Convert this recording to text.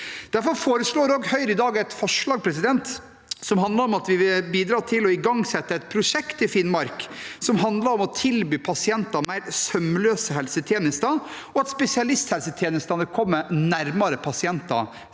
Derfor fremmer Høyre i dag et forslag som handler om at vi vil bidra til å igangsette et prosjekt i Finnmark for å tilby pasienter mer sømløse helsetjenester, og at spesialisthelsetjenestene kommer nærmere pasientene